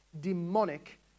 demonic